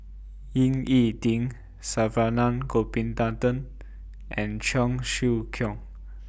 Ying E Ding Saravanan Gopinathan and Cheong Siew Keong